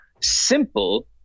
simple